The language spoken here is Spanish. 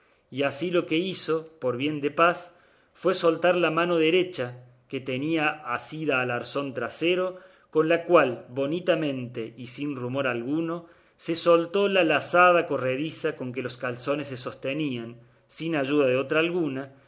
y así lo que hizo por bien de paz fue soltar la mano derecha que tenía asida al arzón trasero con la cual bonitamente y sin rumor alguno se soltó la lazada corrediza con que los calzones se sostenían sin ayuda de otra alguna